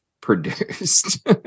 produced